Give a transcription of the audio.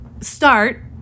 start